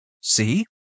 See